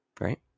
Right